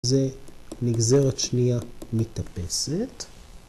זה נגזרת שנייה מתאפסת.